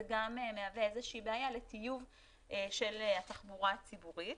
זה גם מהווה איזושהי בעיה לטיוב של התחבורה הציבורית.